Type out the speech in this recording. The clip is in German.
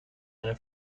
eine